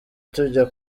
tujya